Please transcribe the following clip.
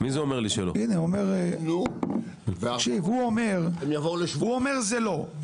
הוא אומר, זה לא.